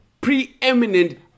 preeminent